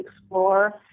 explore